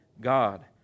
God